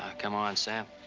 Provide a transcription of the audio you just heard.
ah come on, sam.